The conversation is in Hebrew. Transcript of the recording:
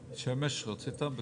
שמש רצית הארה?